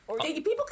People